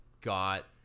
got